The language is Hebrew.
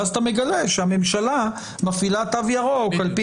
ואז אתה מגלה שהממשלה מפעילה תו ירוק על פי